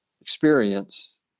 experience